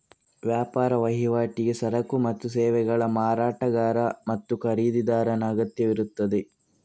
ವ್ಯಾಪಾರ ವಹಿವಾಟಿಗೆ ಸರಕು ಮತ್ತು ಸೇವೆಗಳ ಮಾರಾಟಗಾರ ಮತ್ತು ಖರೀದಿದಾರನ ಅಗತ್ಯವಿರುತ್ತದೆ